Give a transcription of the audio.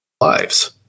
lives